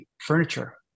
furniture